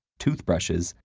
toothbrushes,